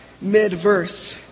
Mid-verse